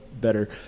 better